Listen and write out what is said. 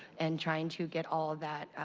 and trying to get all of that,